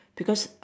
because